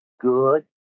good